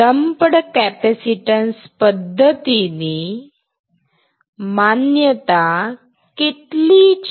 lumped capacitance પદ્ધતિની માન્યતા કેટલી છે